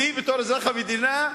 אתי בתור אזרח המדינה?